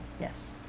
Yes